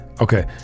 Okay